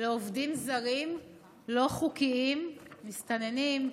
לעובדים זרים לא חוקיים, מסתננים,